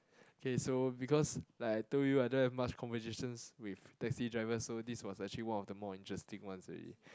K so because like I told you I don't have much conversations with taxi driver so this was actually one of the more interesting ones already